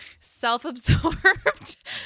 self-absorbed